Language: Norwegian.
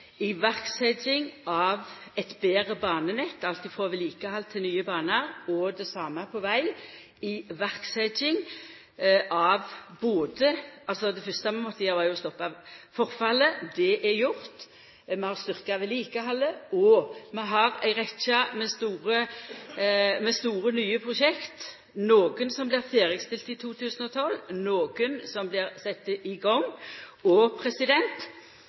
– iverksetjing av eit betre banenett, alt frå vedlikehald til nye banar, og det same på veg. Det fyrste vi måtte gjera, var å stoppa forfallet. Det er gjort. Vi har styrkt vedlikehaldet, og vi har ei rekkje store nye prosjekt – nokre som blir ferdigstilte i 2012, nokre som blir sette i gang, og